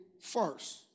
first